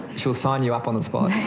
she'll sign you up on spot.